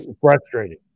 Frustrating